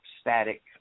static